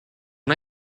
una